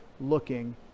looking